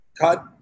cut